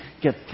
get